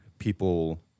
people